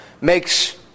makes